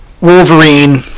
wolverine